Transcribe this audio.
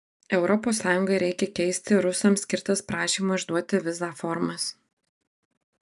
europos sąjungai reikia keisti rusams skirtas prašymo išduoti vizą formas